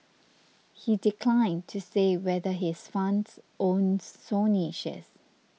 he declined to say whether his funds owns Sony shares